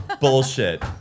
Bullshit